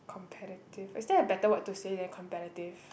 competitive is there a better word to say than competitive